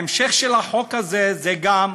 ההמשך של החוק הזה זה גם,